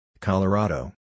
Colorado